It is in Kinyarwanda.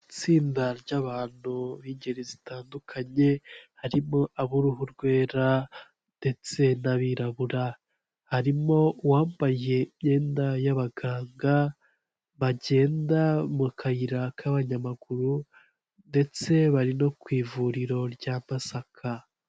Itsinda ry'abantu b'ingeri zitandukanye harimo ab'uruhu rwera ndetse n'abirabura, harimo uwambaye imyenda y'abaganga bagenda mu kayira k'abanyamaguru ndetse bari no ku ivuriro rya Masaka.